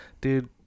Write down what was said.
Dude